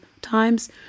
times